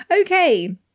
Okay